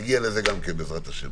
נגיע לזה גם כן, בעזרת ה',